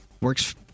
Works